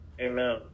Amen